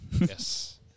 Yes